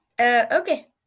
Okay